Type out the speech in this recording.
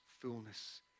fullness